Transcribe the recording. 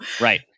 right